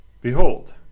Behold